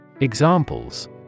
Examples